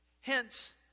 Hence